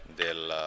del